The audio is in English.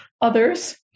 others